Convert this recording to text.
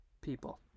people